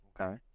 Okay